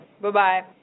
Bye-bye